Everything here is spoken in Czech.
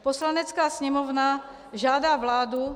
Poslanecká sněmovna žádá vládu,